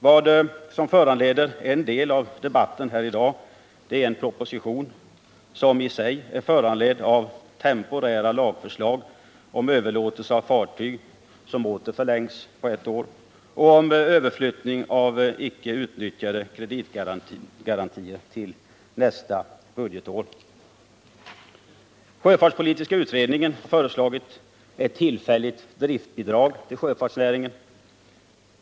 Vad som föranleder en del av debatten här i dag är en proposition som i sig är föranledd av ett temporärt lagförslag om överlåtelse av fartyg som åter förlängs på ett år samt ett förslag om överflyttande av icke utnyttjade kreditgarantier till nästa budgetår. Sjöfartspolitiska utredningen har föreslagit ett tillfälligt driftbidrag till sjöfartsnäringen.